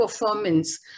performance